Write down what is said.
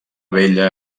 bella